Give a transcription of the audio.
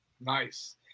Nice